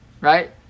right